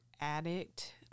addict